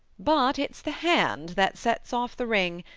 but it's the hand that sets off the ring,